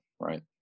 right